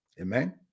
Amen